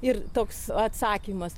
ir toks atsakymas